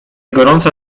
gorąca